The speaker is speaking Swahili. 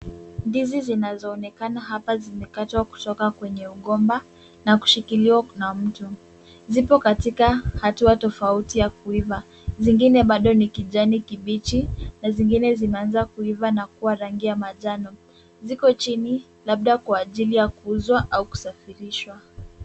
Ndizi zinazoonekana hapa zimekatwa kutoka kwenye mgomba na kushikiliwa na mtu. Zipo katika hatua tofauti ya kuiva zingine bado ni kijani kibichi na zingine zimeanza kuiva na kuwa rangi ya manjano. Ziko chini labda kwa ajili ya kuuzwa au kusafirishwa.